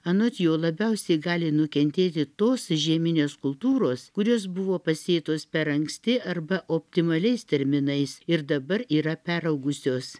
anot jo labiausiai gali nukentėti tos žieminės kultūros kurios buvo pasėtos per anksti arba optimaliais terminais ir dabar yra peraugusios